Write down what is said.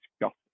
disgusting